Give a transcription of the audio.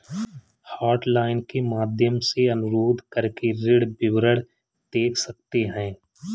hotline के माध्यम से अनुरोध करके ऋण विवरण देख सकते है